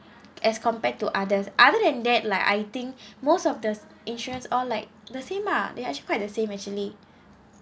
as compared to others other than that like I think most of the insurance all like the same ah they actually quite the same actually